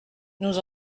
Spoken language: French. nous